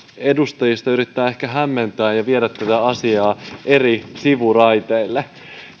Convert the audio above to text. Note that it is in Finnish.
edustajista yrittää ehkä hämmentää ja viedä tätä asiaa sivuraiteelle